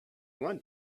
want